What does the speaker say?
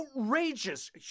outrageous